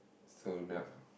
so yup